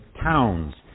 towns